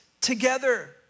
together